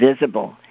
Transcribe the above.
visible